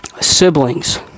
Siblings